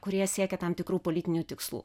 kurie siekė tam tikrų politinių tikslų